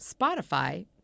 Spotify